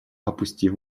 опустив